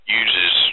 uses